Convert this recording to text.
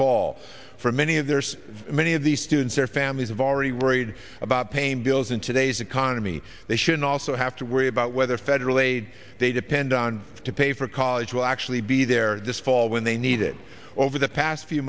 fall for many of theirs many of these students their families have already worried about paying bills in today's economy they should also have to worry about whether federal aid they depend on to pay for college will actually be there this fall when they need it over the past few